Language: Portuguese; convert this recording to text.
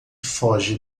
foge